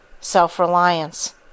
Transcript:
self-reliance